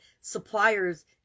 suppliers